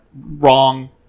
Wrong